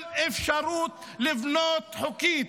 כל אפשרות לבנות חוקית.